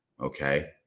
Okay